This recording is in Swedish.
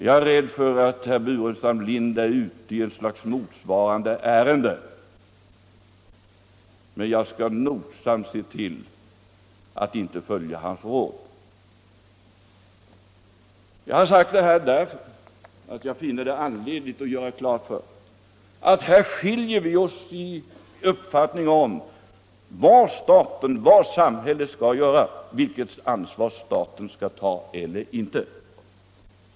Jag är rädd för att herr Burenstam Linder är ute i motsvarande ärenden, men jag skall nogsamt se till att inte följa hans råd. Jag har sagt det här därför att jag finner det angeläget att göra klart att våra uppfattningar skiljer sig när det gäller vad staten skall göra och vilket ansvar staten skall ta.